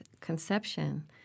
conception